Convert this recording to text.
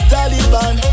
Taliban